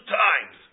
times